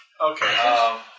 Okay